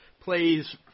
plays